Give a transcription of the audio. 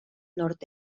nord